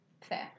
Fair